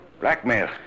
Blackmail